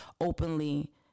openly